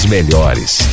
melhores